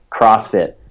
CrossFit